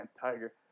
tiger